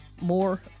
more